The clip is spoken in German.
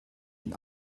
ein